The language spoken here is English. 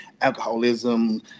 alcoholism